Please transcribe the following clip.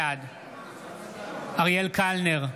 בעד אריאל קלנר,